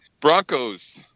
Broncos